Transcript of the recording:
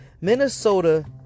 Minnesota